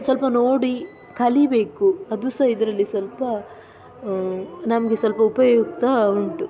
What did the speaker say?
ಸ್ವಲ್ಪ ನೋಡಿ ಕಲಿಬೇಕು ಅದು ಸಹಾ ಇದರಲ್ಲಿ ಸ್ವಲ್ಪ ನಮಗೆ ಸ್ವಲ್ಪ ಉಪಯುಕ್ತ ಉಂಟು